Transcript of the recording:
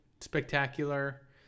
spectacular